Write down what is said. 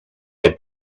had